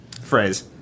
phrase